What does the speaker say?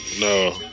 No